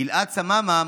גלעד סממה,